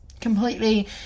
Completely